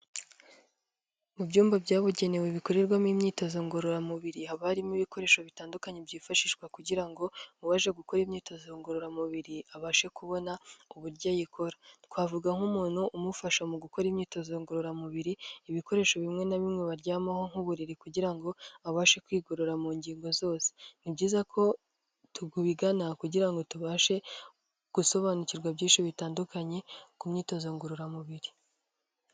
Mu byumba byabugenewe bikorerwamo imyitozo ngororamubiri haba harimo ibikoresho bitandukanye byifashishwa kugira ngo uwaje gukora imyitozo ngororamubiri abashe kubona uburyo ayikora, twavuga nk'umuntu umufasha mu gukora imyitozo ngororamubiri, ibikoresho bimwe na bimwe baryamaho nk'uburiri kugira ngo abashe kwigorora mu ngingo zose. Ni byiza ko tugubigana kugira ngo tubashe gusobanukirwa byinshi bitandukanye ku myitozo ngororamubiri.